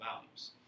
values